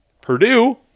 Purdue